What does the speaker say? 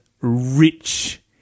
rich